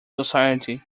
society